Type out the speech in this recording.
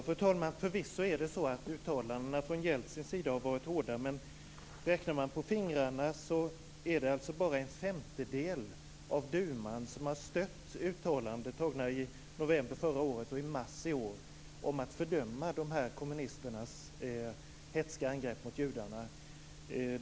Fru talman! Förvisso är det så att uttalandena från Jeltsins sida har varit hårda. Men räknar man på fingrarna är det bara en femtedel av duman som har stött uttalanden tagna i november förra året och i mars i år om att fördöma de här kommunisternas hätska angrepp mot judarna.